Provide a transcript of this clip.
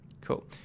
Cool